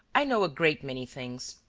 i know a great many things.